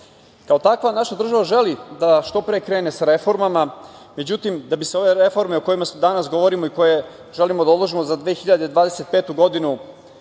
takva, naša država želi da što pre krene sa reformama, međutim, da bi se ove reforme o kojima danas govorimo i koje želimo da odložimo za 2025. godinu,